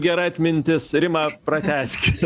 gera atmintis rima pratęskit